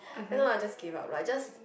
and now I just give up I just